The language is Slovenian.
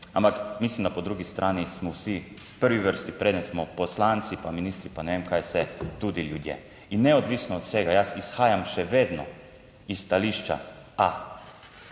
ampak mislim, da po drugi strani smo vsi v prvi vrsti, preden smo poslanci, pa ministri, pa ne vem kaj vse, tudi ljudje. In neodvisno od vsega, jaz izhajam še vedno iz stališča A,